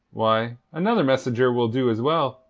why, another messenger will do as well,